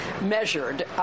measured